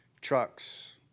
trucks